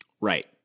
Right